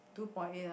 two point eight ah